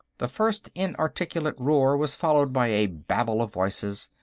the first inarticulate roar was followed by a babel of voices,